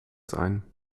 sein